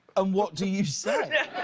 and what do you say? yeah